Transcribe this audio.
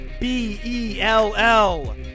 B-E-L-L